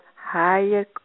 higher